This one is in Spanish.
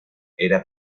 era